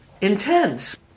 intense